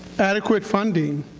adequate funding,